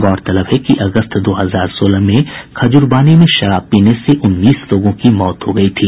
गौरतलब है कि अगस्त दो हजार सोलह में खजूरबानी में जहरीली शराब पीने से उन्नीस लोगों की मौत हो गयी थी